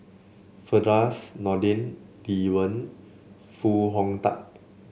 Firdaus Nordin Lee Wen Foo Hong Tatt